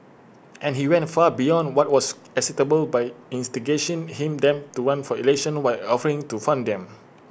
and he went far beyond what was acceptable by instigation him them to run for elections while offering to fund them